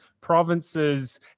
provinces